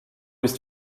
ist